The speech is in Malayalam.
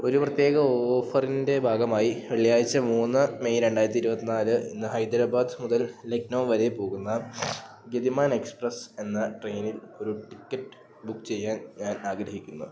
ഒരു പ്രത്യേക ഓഫറിൻ്റെ ഭാഗമായി വെള്ളിയാഴ്ച മൂന്ന് മെയ് രണ്ടായിരത്തി ഇരുപത്തിനാല് ഇന്ന് ഹൈദരാബാദ് മുതൽ ലക്നൗ വരെ പോകുന്ന ഗതിമാൻ എക്സ്പ്രസ്സ് എന്ന ട്രെയിനിൽ ഒരു ടിക്കറ്റ് ബുക്ക് ചെയ്യാൻ ഞാൻ ആഗ്രഹിക്കുന്നു